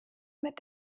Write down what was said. mit